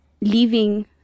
leaving